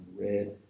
red